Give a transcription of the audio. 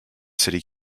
city